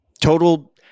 total